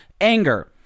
anger